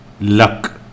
luck